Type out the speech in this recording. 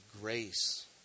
grace